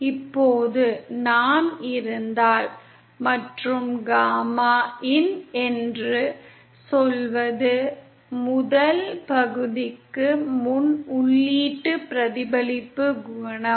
இப்போது நாம் இருந்தால் மற்றும் காமா இன் என்று சொல்வது முதல் பகுதிக்கு முன் உள்ள உள்ளீட்டு பிரதிபலிப்பு குணகம்